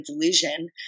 delusion